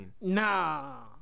Nah